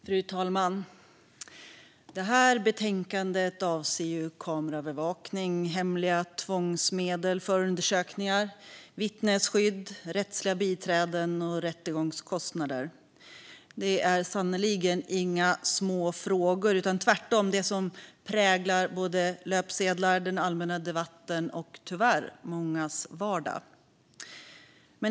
Fru talman! Det här betänkandet avser kameraövervakning, hemliga tvångsmedel, förundersökningar, vittnesskydd, rättsliga biträden och rättegångskostnader. Det är sannerligen inga små frågor, utan tvärtom det som präglar löpsedlar, den allmänna debatten och tyvärr mångas vardag.